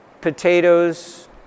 potatoes